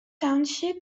township